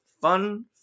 fun